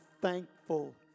thankful